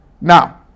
Now